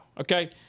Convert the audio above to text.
Okay